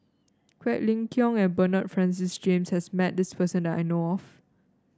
Quek Ling Kiong and Bernard Francis James has met this person that I know of